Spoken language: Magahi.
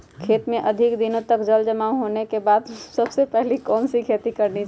खेत में अधिक दिनों तक जल जमाओ होने के बाद सबसे पहली कौन सी खेती करनी चाहिए?